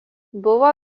buvo